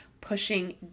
pushing